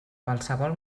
qualsevol